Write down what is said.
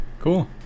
Cool